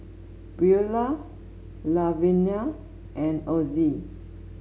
Beula Lavenia and Ozie